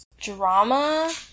drama